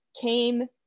came